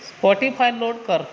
Spotify लोट कर